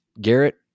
Garrett